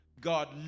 God